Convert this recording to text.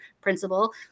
principal